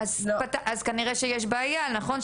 אז כנראה שיש בעיה, נכון?